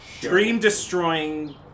dream-destroying